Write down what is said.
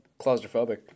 Claustrophobic